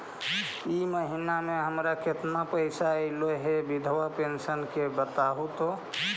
इ महिना मे हमर केतना पैसा ऐले हे बिधबा पेंसन के बताहु तो?